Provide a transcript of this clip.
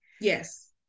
Yes